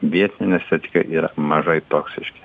vietiniai anestetikai yra mažai toksiški